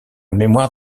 mémoire